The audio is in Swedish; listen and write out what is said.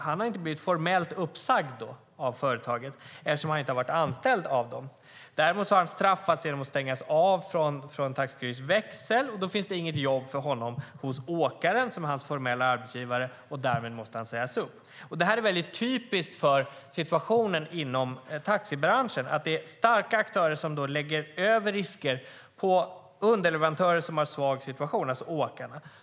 Han har inte blivit formellt uppsagd av företaget, eftersom han inte har varit anställd av dem. Däremot har han bestraffats genom att stängas av från Taxi Kurirs växel. Då finns det inget jobb för honom hos åkaren som är hans formella arbetsgivare. Därmed måste han sägas upp. Detta är väldigt typiskt för situationen inom taxibranschen. Starka aktörer lägger över risker på underleverantörer som har en svag ställning, alltså åkarna.